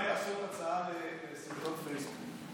אולי יעשו הצעה לסרטון פייסבוק,